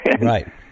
Right